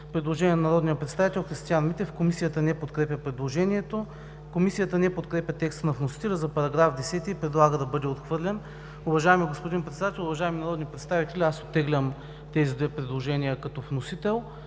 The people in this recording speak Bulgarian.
Предложение на народния представител Христиан Митев. Комисията не подкрепя предложението. Комисията не подкрепя текста на вносителя за § 11 и предлага да бъде отхвърлен. Уважаеми господин Председател, като вносител оттеглям тези две предложения. Ако няма